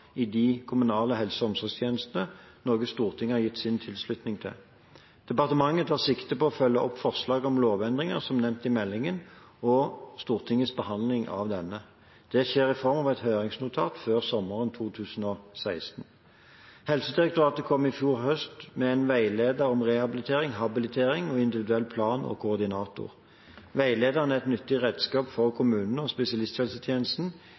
i de kommunale helse- og omsorgstjenestene, noe Stortinget har gitt sin tilslutning til. Departementet tar sikte på å følge opp forslaget om lovendringer som er nevnt i meldingen, og Stortingets behandling av denne. Det skjer i form av et høringsnotat før sommeren 2016. Helsedirektoratet kom i fjor høst med en veileder om rehabilitering, habilitering, individuell plan og koordinator. Veilederen er et nyttig redskap for kommunene og spesialisthelsetjenesten